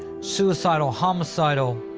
suicidal, homicidal,